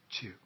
two